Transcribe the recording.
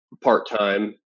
part-time